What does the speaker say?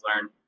learn